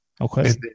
Okay